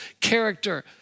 character